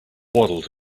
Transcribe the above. waddled